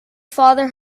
father